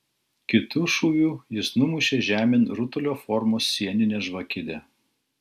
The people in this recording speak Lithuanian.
kitu šūviu jis numušė žemėn rutulio formos sieninę žvakidę